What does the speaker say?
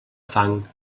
fang